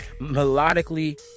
melodically